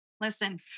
listen